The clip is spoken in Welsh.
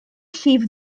llif